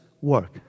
work